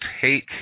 take